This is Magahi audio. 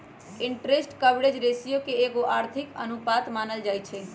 इंटरेस्ट कवरेज रेशियो के एगो आर्थिक अनुपात मानल जाइ छइ